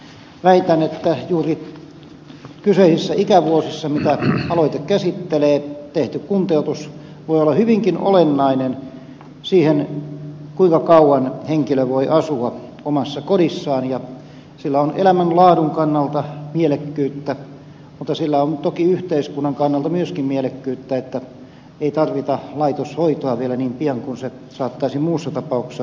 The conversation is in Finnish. väitän että juuri kyseisissä ikävuosissa mitä aloite käsittelee tehty kuntoutus voi olla hyvinkin olennainen siihen kuinka kauan henkilö voi asua omassa kodissaan ja sillä on elämänlaadun kannalta mielekkyyttä mutta sillä on toki yhteiskunnan kannalta myöskin mielekkyyttä että ei tarvita laitoshoitoa vielä niin pian kuin se saattaisi muussa tapauksessa tulla esille